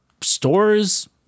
stores